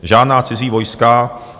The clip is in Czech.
Žádná cizí vojska.